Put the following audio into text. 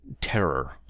terror